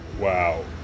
Wow